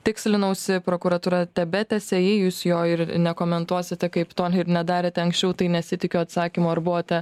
tikslinausi prokuratūra tebetęsia jei jūs jo ir nekomentuosite kaip to ir nedarėte anksčiau tai nesitikiu atsakymo ar buvote